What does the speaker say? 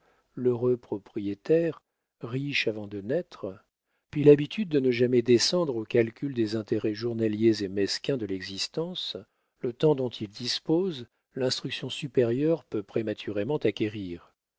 l'heureux propriétaire riche avant de naître puis l'habitude de ne jamais descendre au calcul des intérêts journaliers et mesquins de l'existence le temps dont il dispose l'instruction supérieure qu'il peut prématurément acquérir